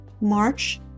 March